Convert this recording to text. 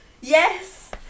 Yes